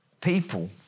people